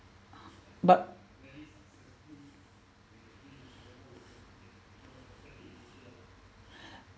but